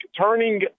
turning